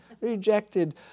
rejected